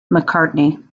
mccartney